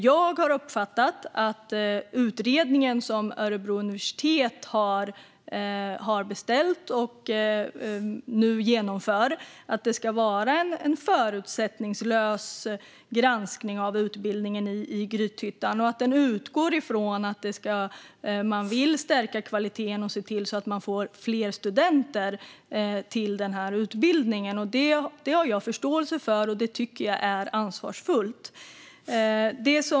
Jag har uppfattat att den utredning som Örebro universitet har beställt och nu genomför ska vara en förutsättningslös granskning av utbildningen i Grythyttan och utgå från att man vill stärka kvaliteten och se till att man får fler studenter till utbildningen. Detta har jag förståelse för, och jag tycker att det är ansvarsfullt.